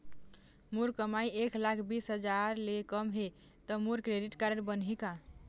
मोर कमाई एक लाख बीस हजार ले कम हे त मोर क्रेडिट कारड बनही का?